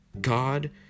God